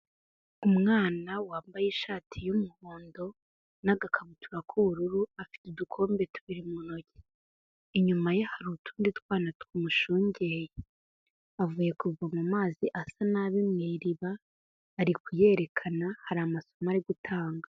Umwana wambaye ishati y'umuhondo n'agakabutura k'ubururu afite udukombe tubiri mu ntoki. Inyuma ye hari utundi twana tumushungereye. Avuye kuvoma mazi asa nabi mu iriba arikuyerekana hari amasomo arigutanga.